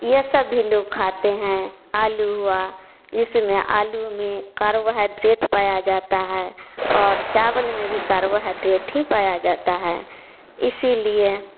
ये सभी लोग खाते हैं आलू हुआ इसमें आलू में कार्बोहाइड्रेट पाया जाता है और चावल में भी कार्बोहाइड्रेट ही पाया जाता है इसीलिए